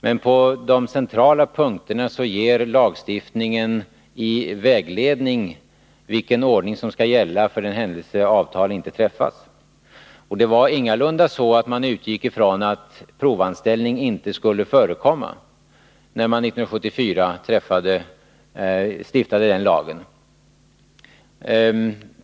Men på de centrala punkterna ger lagstiftningen en vägledning om vilken ordning som skall gälla för den händelse avtal inte träffas. Det var ingalunda så att man utgick ifrån att provanställning inte skulle förekomma när man 1974 stiftade denna lag.